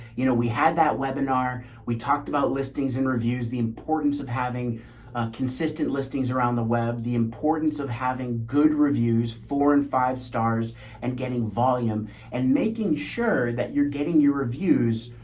you know we had that webinar, we talked about listings and reviews, the importance of having a consistent listings around the web, the importance of having good reviews, four and five stars and getting volume and making sure that you're getting your reviews